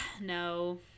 no